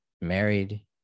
married